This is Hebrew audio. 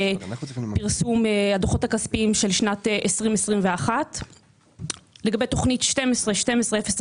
פרסום הדוחות הכספיים של שנת 2021. לגבי תוכנית 12-12-01,